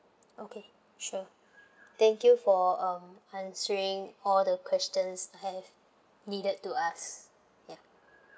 okay sure thank you for um answering all the questions I have needed to ask ya